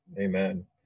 Amen